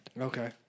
Okay